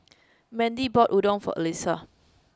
Mandy bought Udon for Alissa